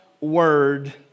word